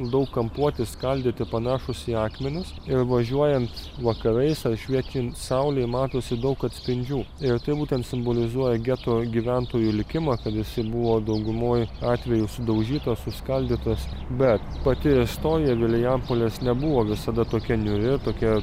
daug kampuoti skaldyti panašūs į akmenis ir važiuojant vakarais ar šviečiant saulei matosi daug atspindžių ir tai būtent simbolizuoja geto gyventojų likimą kad jisai buvo daugumoj atvejų sudaužytas suskaldytas bet pati istorija vilijampolės nebuvo visada tokia niūri ir tokia